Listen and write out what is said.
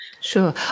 Sure